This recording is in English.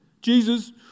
Jesus